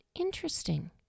interesting